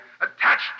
attached